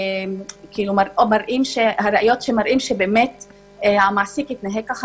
שמראות שבאמת המעסיק התנהג כך,